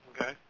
Okay